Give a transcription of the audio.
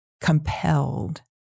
compelled